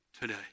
today